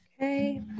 okay